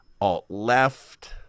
alt-left